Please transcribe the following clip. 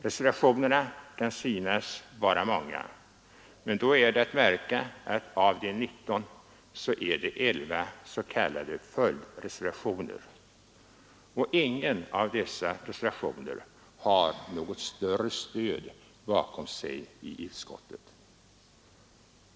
Reservationerna kan synas vara många, men då är det att märka att av de 19 är 11 s.k. följdreservationer, och ingen av reservationerna har något större stöd bakom sig inom utskottet.